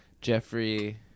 Jeffrey